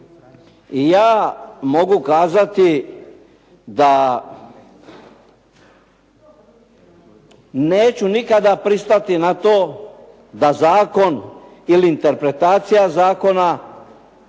ja mogu kazati da neću nikada pristati na to da zakon ili interpretacija zakona,